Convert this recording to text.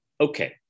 Okay